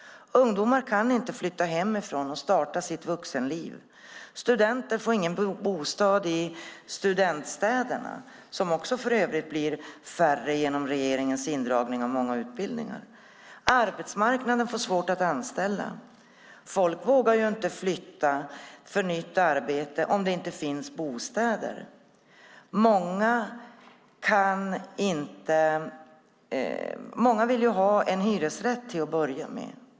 Ungdomar kan inte flytta hemifrån och starta sitt vuxenliv. Studenter får inga bostäder i studentstäderna, som för övrigt blir färre genom regeringens indragning av många utbildningar. Arbetsmarknaden får svårt att anställa. Folk vågar inte flytta för nytt arbete om det inte finns bostäder. Många vill ha en hyresrätt till att börja med.